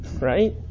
right